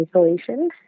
isolation